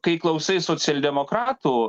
kai klausai socialdemokratų